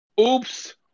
Oops